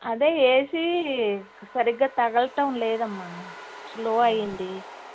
అదే ఏసీ సరిగా తిరగటం లేదమ్మ స్లో అయ్యింది